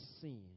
sin